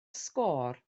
sgôr